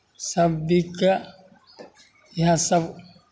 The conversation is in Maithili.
सभ दिनके इएहसभ